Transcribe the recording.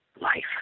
life